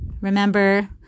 Remember